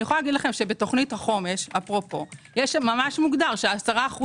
בתוכנית החומש אפרופו ממש מוגדר ש-10%